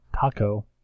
Taco